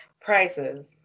prices